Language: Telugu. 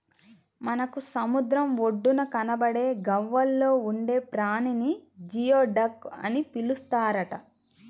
మనకు సముద్రం ఒడ్డున కనబడే గవ్వల్లో ఉండే ప్రాణిని జియోడక్ అని పిలుస్తారట